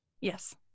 Yes